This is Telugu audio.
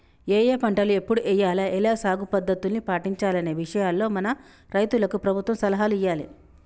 ఏఏ పంటలు ఎప్పుడు ఎయ్యాల, ఎలా సాగు పద్ధతుల్ని పాటించాలనే విషయాల్లో మన రైతులకు ప్రభుత్వం సలహాలు ఇయ్యాలే